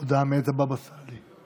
הודעה מאת הבבא סאלי.